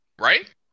right